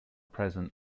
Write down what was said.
present